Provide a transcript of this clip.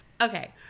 okay